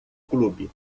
clube